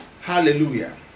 hallelujah